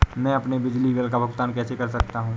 मैं अपने बिजली बिल का भुगतान कैसे कर सकता हूँ?